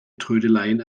trödeleien